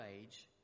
age